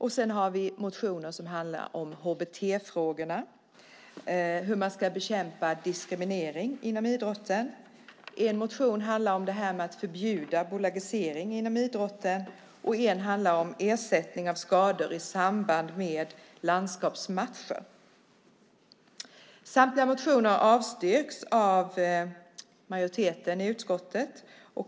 Vi har motioner som handlar om HBT-frågorna och hur man ska bekämpa diskriminering inom idrotten. En motion handlar om att förbjuda bolagisering inom idrotten. En motion handlar om ersättning av skador i samband med landskampsmatcher. Samtliga motioner avstyrks av majoriteten i utskottet.